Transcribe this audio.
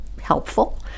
helpful